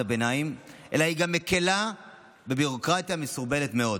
הביניים אלא היא גם מקילה בביורוקרטיה המסורבלת-מאוד.